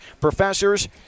Professors